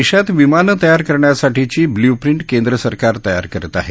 देशात विमानं तयार करण्यासाठीची बल्यूप्रिंट केंद्र सरकार तयार करत आहे